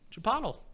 Chipotle